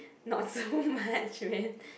not so much man